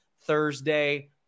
Thursday